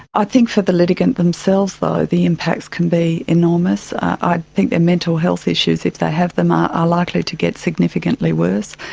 i think for the litigant themselves though the impacts can be enormous. i'd think their mental health issues, if they have them, are ah likely to get significantly worse,